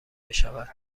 بشود